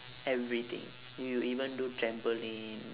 everything you even do trampoline